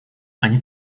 они